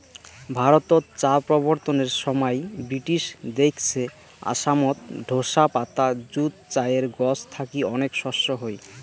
ভারতত চা প্রবর্তনের সমাই ব্রিটিশ দেইখছে আসামত ঢোসা পাতা যুত চায়ের গছ থাকি অনেক শস্য হই